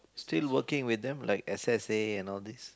still working with them like S_S_A and all these